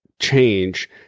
change